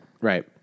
Right